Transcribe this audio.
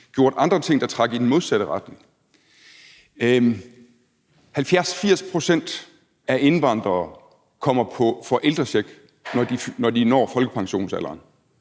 gjort andre ting, der trak i den modsatte retning. 70-80 pct. af indvandrerne får ældrecheck, når de når folkepensionsalderen.